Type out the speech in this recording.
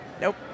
Nope